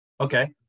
Okay